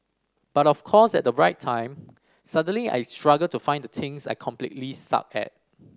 but of course at right time suddenly I struggle to find the things I completely suck at